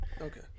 Okay